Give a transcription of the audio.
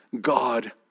God